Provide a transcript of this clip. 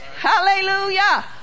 Hallelujah